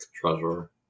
treasure